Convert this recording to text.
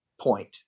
point